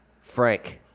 Frank